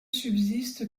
subsistent